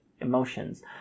emotions